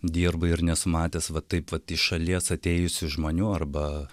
dirbu ir nesu matęs va taip vat iš šalies atėjusių žmonių arba